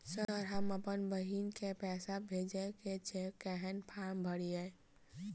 Sir हम अप्पन बहिन केँ पैसा भेजय केँ छै कहैन फार्म भरीय?